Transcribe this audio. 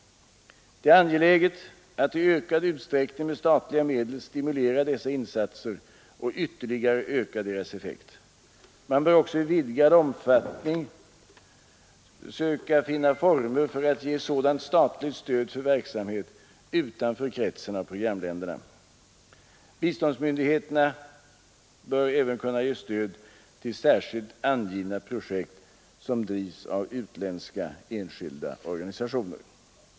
Det är angeläget att i ökad utsträckning med statliga medel stimulera dessa insatser och ytterligare öka deras effekt. Man bör också i vidgad omfattning söka finna former Nr 72 för att ge sådant statligt stöd för verksamhet utanför kretsen av Onsdagen den programländer. Biståndsmyndigheterna bör även kunna ge stöd till 25 april 1973 särskilt angivna projekt som drivs av utländska enskilda organisationer.